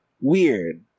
Weird